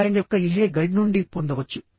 నారాయణ్ యొక్క ఇహె గైడ్ నుండి పొందవచ్చు